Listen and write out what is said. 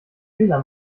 lan